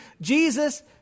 Jesus